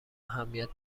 اهمیت